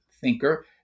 thinker